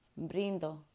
brindo